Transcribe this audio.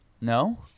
No